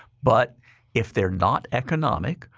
but if they're not economic,